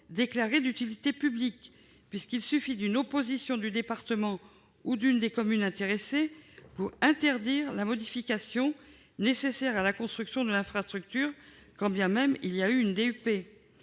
déclarées d'utilité publique, puisqu'il suffit d'une opposition du département ou de l'une des communes intéressées pour interdire la modification nécessaire à la construction de l'infrastructure. Il convient donc de mettre